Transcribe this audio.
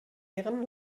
ihren